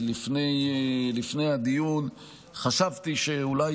לפני הדיון חשבתי שאולי